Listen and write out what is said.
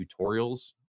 tutorials